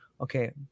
okay